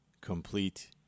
complete